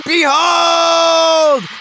Behold